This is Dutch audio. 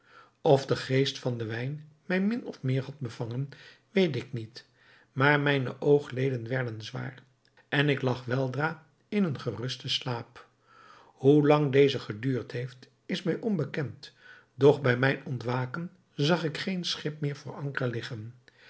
of de geest van den wijn mij min of meer had bevangen weet ik niet maar mijne oogleden werden zwaar en ik lag weldra in een gerusten slaap hoe lang deze geduurd heeft is mij onbekend doch bij mijn ontwaken zag ik geen schip meer voor anker liggen